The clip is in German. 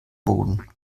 boden